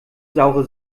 saure